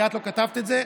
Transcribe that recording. כי את לא כתבת את זה.